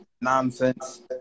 nonsense